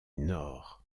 nord